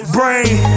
Brain